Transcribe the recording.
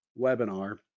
webinar